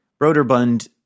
Roterbund